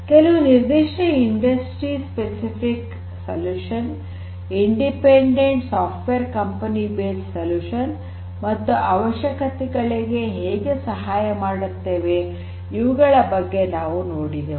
ಕೆಲವು ನಿರ್ಧಿಷ್ಟ industry specific ಪರಿಹಾರ ಇಂಡಿಪೆಂಡೆಂಟ್ ಸಾಫ್ಟ್ವೇರ್ ಕಂಪನಿ ಬೇಸ್ಡ್ ಪರಿಹಾರ ಮತ್ತು ಅವಶ್ಯಕತೆಗಳಿಗೆ ಹೇಗೆ ಸಹಾಯ ಮಾಡುತ್ತವೆ ಇವುಗಳ ಬಗ್ಗೆ ನಾವು ನೋಡಿದೆವು